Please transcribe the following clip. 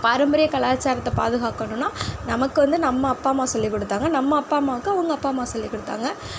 பாரம்பரிய கலாச்சாரத்தை பாதுகாக்கணும்னா நமக்கு வந்து நம்ம அப்பா அம்மா சொல்லி கொடுத்தாங்க நம்ம அப்பா அம்மாக்கு அவங்க அப்பா அம்மா சொல்லி கொடுத்தாங்க